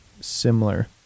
similar